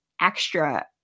extra